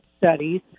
studies